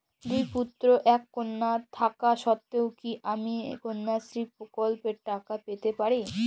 দুই পুত্র এক কন্যা থাকা সত্ত্বেও কি আমি কন্যাশ্রী প্রকল্পে টাকা পেতে পারি?